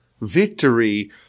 victory